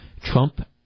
Trump